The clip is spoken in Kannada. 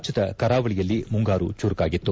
ರಾಜ್ಞದ ಕರಾವಳಿಯಲ್ಲಿ ಮುಂಗಾರು ಚುರುಕಾಗಿತ್ತು